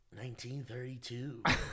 1932